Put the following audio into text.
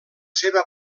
seva